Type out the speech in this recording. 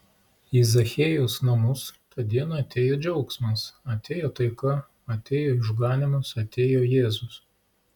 į zachiejaus namus tą dieną atėjo džiaugsmas atėjo taika atėjo išganymas atėjo jėzus